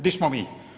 Di smo mi?